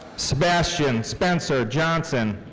sebastian spencer johnson.